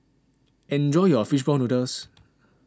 enjoy your Fish Ball Noodles